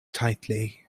tightly